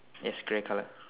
yes grey colour